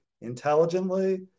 intelligently